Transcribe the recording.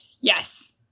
Yes